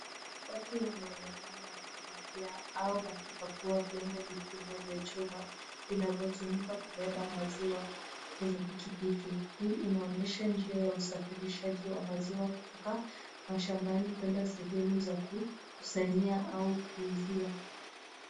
Watu wanaonekana wakipakia au wakipakua vyombo vikubwa vya chuma vinavyotumika kubeba maziwa kwenye pikipiki, hii inaonyesha njia ya usafirishaji wa maziwa kutoka mashambani kwenda sehemu za kusanyia au kuuzia.